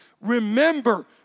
Remember